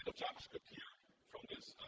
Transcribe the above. but javascript here from this